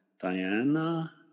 Diana